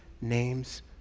name's